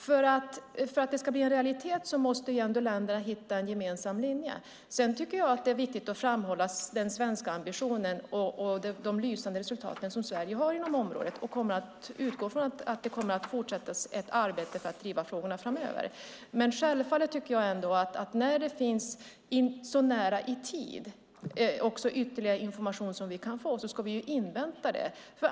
För att det ska bli en realitet måste ändå länderna hitta en gemensam linje. Sedan tycker jag att det är viktigt att framhålla den svenska ambitionen och de lysande resultat som Sverige har inom området. Jag utgår från att det kommer att fortsättas ett arbete för att driva frågorna framöver. Men självfallet tycker jag ändå att när det så nära i tid kommer att finnas ytterligare information som vi kan få ska vi invänta den.